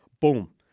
boom